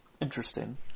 interesting